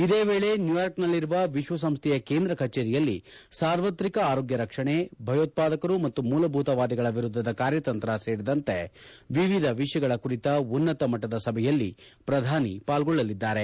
ಇದೇ ವೇಳೆ ನ್ಯೂಯಾರ್ಕ್ನಲ್ಲಿರುವ ವಿಶ್ವಸಂಸ್ವೆಯ ಕೇಂದ್ರ ಕಚೇರಿಯಲ್ಲಿ ಸಾರ್ವತ್ರಿಕ ಆರೋಗ್ಲ ರಕ್ಷಣೆ ಭಯೋತ್ಪಾದಕರು ಮತ್ತು ಮೂಲಭೂತವಾದಿಗಳ ವಿರುದ್ಧದ ಕಾರ್ಯತಂತ್ರ ಸೇರಿದಂತೆ ವಿವಿಧ ವಿಷಯಗಳ ಕುರಿತ ಉನ್ನತ ಮಟ್ಟದ ಸಭೆಯಲ್ಲಿ ಪ್ರಧಾನಿ ಪಾಲ್ಗೊಳ್ಳಲಿದ್ದಾರೆ